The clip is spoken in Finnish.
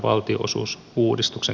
arvoisa puhemies